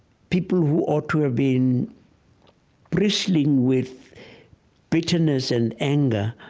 people who ought to have been bristling with bitterness and anger,